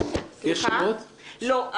לא.